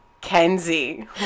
Kenzie